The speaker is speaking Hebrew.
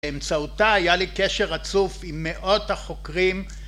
באמצעותה היה לי קשר רצוף עם מאות החוקרים